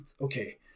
okay